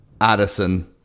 Addison